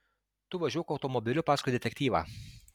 tu važiuok automobiliu paskui detektyvą